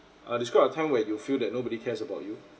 uh describe a time where you feel that nobody cares about you